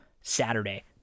Saturday